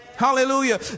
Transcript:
Hallelujah